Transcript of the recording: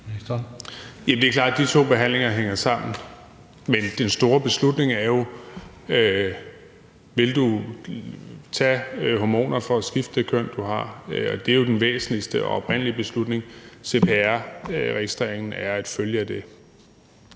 Det er klart, at de to behandlinger hænger sammen. Men den store beslutning er jo, om du vil tage hormoner for at skifte det køn, du har. Og det er jo den væsentligste og oprindelige beslutning, og cpr-registreringen er en følge af det.